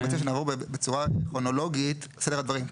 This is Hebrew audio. אני מציע שנעבור בצורה כרונולוגית על סדר הדברים.